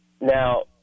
Now